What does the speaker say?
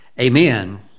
amen